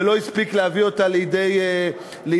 הוא לא הספיק להביא אותה לידי יישום.